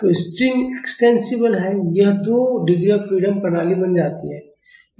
तो string extensible है यह दो डिग्री ऑफ फ्रीडम प्रणाली बन जाती है